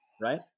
right